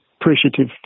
appreciative